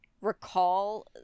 recall